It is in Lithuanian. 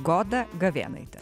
goda gavėnaite